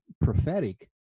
prophetic